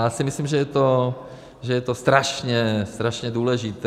Já si myslím, že je to strašně, strašně důležité.